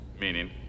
Meaning